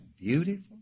beautiful